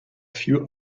few